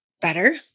better